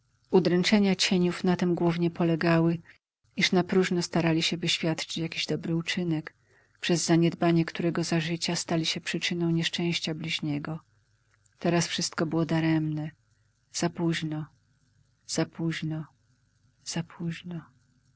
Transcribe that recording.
udręczenia cieniów na tem głównie polegały iż napróżno starali się wyświadczyć jakiś dobry uczynek przez zaniedbanie którego za życia stali się przyczyną nieszczęścia bliźniego teraz wszystko było daremne zapóźno zapóźno zapóźno